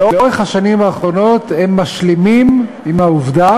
לאורך השנים האחרונות הם משלימים עם העובדה